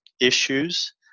issues